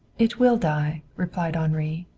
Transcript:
it will die, replied henri,